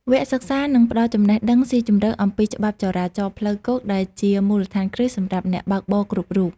វគ្គសិក្សានឹងផ្ដល់ចំណេះដឹងស៊ីជម្រៅអំពីច្បាប់ចរាចរណ៍ផ្លូវគោក ដែលជាមូលដ្ឋានគ្រឹះសម្រាប់អ្នកបើកបរគ្រប់រូប។